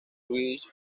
luis